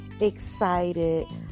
excited